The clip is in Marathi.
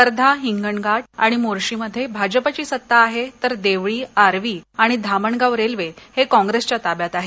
वर्धा हिंगणघाट आणि मोर्शीमध्ये भाजपची सत्ता आहे तर देवळी आर्वी आणि धामणगांव रेल्वे हे काँप्रेसच्या ताब्यात आहेत